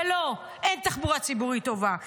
ולא, אין תחבורה ציבורית טובה.